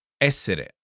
ESSERE